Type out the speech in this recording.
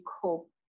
cope